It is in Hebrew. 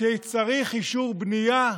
כשצריך אישור בנייה,